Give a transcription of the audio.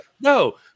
no